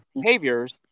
behaviors